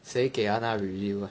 谁给他那个 review meh